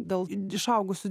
dėl išaugusių